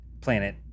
Planet